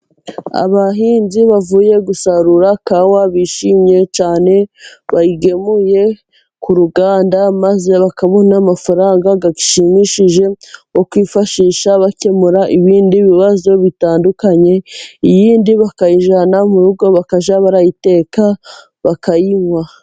Abahinzi bavuye gusarura kawa bishimye cyane bayigemuye ku ruganda, maze bakabona amafaranga ashimishije yo kwifashisha bakemura ibindi bibazo bitandukanye, iyindi bakayijyana mu rugo bakajya bayiteka bakayinywa.